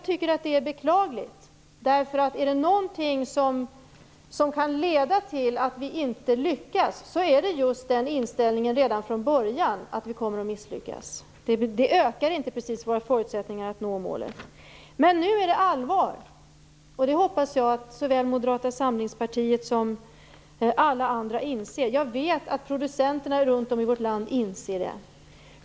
Det är beklagligt, därför att om det är någonting som kan leda till att vi inte lyckas, så är det just att redan från början ha inställningen att vi kommer att misslyckas. Det ökar inte precis våra förutsättningar att nå målet. Men nu är det allvar. Det hoppas jag att såväl Moderata samlingspartiet som alla andra inser. Jag vet att producenterna runt om i vårt land inser det.